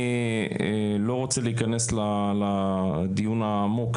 אני לא רוצה להיכנס לדיון העמוק.